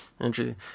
interesting